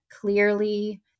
clearly